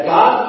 God